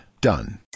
Done